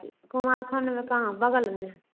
कुमारखंड में कहाँ बगल में